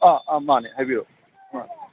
ꯑ ꯑ ꯃꯥꯅꯦ ꯍꯥꯏꯕꯤꯌꯣ ꯑ